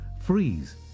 Freeze